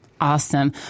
Awesome